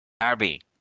Arby